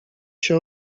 się